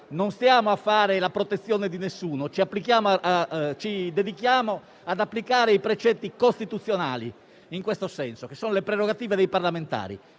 non stiamo a fare la protezione di nessuno, ma ci dedichiamo ad applicare i precetti costituzionali, che sono in questo senso le prerogative dei parlamentari.